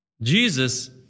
Jesus